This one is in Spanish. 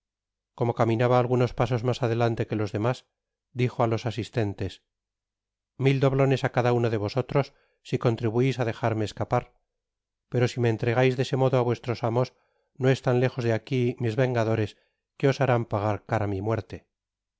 como caminaba algunos pasos mas adelante que los demás dijo á los asistentes m tfil doblones á cada uno de vosotros si contribuis á dejarme escapar pero si me entregáis dehese modo á vuestros amos no están lejos de aqui mis vengadores que os harán pagar ara mi muerte